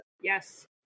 Yes